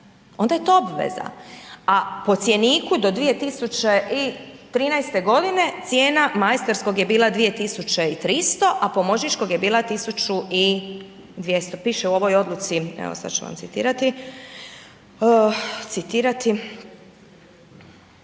onda je to obveza. A po cjeniku do 2013. g., cijena majstorskog je bila 2300 a pomoćničkog je bila 1200, piše u ovoj odluci, evo sad ću vam citirati. Dobro,